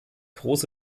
große